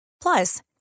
Plus